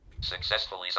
Successfully